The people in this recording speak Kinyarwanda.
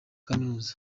kaminuza